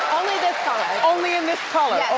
only this color. only in this color.